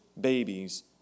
babies